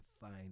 find